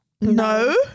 No